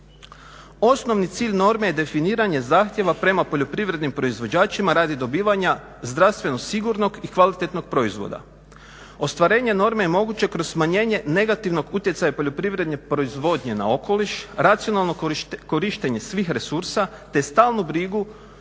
Osnovni cilj norme je definiranje zahtjeva prema poljoprivrednim proizvođačima radi dobivanja zdravstveno sigurnog i kvalitetnog proizvoda. Ostvarenje norme je moguće kroz smanjenje negativnog utjecaja poljoprivredne proizvodnje na okoliš, racionalno korištenje svih resursa te stalno brigu